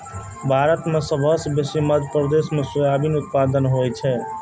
भारत मे सबसँ बेसी मध्य प्रदेश मे सोयाबीनक उत्पादन होइ छै